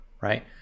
right